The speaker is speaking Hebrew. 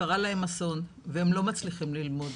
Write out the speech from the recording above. וקרה להם אסון והם לא מצליחים ללמוד,